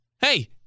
Hey